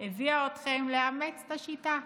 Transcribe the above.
הביאה אתכם לאמץ את השיטה.